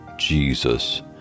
Jesus